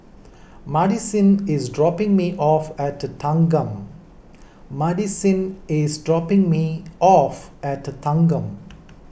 Madisyn is dropping me off at Thanggam Madisyn is dropping me off at Thanggam